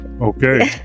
Okay